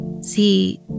See